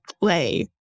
play